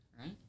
Right